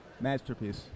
Masterpiece